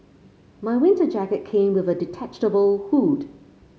my winter jacket came with a detachable hood